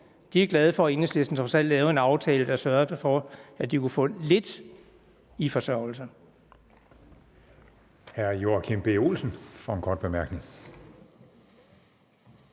er glade for, at Enhedslisten trods alt lavede en aftale og dermed sørgede for, at de kan få lidt til deres forsørgelse.